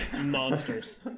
Monsters